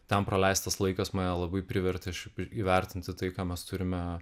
ten praleistas laikas mane labai privertė šiaip įvertinti tai ką mes turime